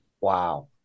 Wow